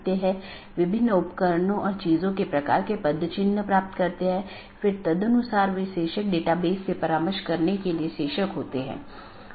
यह केवल उन्हीं नेटवर्कों के विज्ञापन द्वारा पूरा किया जाता है जो उस AS में या तो टर्मिनेट होते हैं या उत्पन्न होता हो यह उस विशेष के भीतर ही सीमित है